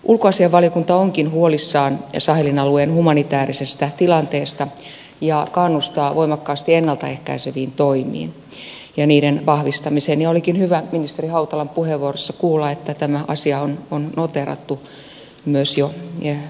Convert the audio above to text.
ulkoasiainvaliokunta onkin huolissaan sahelin alueen humanitäärisestä tilanteesta ja kannustaa voimakkaasti ennalta ehkäiseviin toimiin ja niiden vahvistamiseen ja olikin hyvä ministeri hautalan puheenvuorossa kuulla että tämä asia on noteerattu myös jo muuallakin